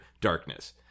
darkness